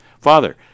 Father